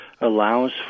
allows